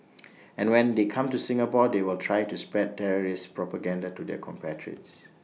and when they come to Singapore they will try to spread terrorist propaganda to their compatriots